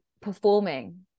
performing